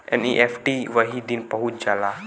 NEFT वही दिन पहुंच जाला